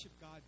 God